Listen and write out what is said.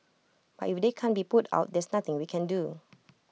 but if they can't be put out there's nothing we can do